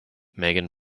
megan